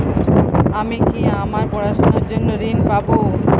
আমি কি আমার পড়াশোনার জন্য ঋণ পাব?